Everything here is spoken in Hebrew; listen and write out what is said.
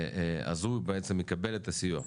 אז הוא בעצם יקבל את הסיוע?